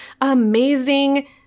amazing